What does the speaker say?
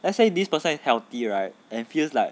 let's say this person is healthy right and feels like